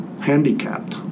handicapped